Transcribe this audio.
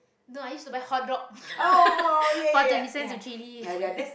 no i used to buy hotdog for twenty cents with chilli